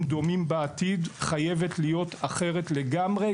דומים בעתיד חייבת להיות אחרת לגמרי,